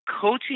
coaching